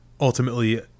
ultimately